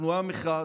אנחנו עם אחד,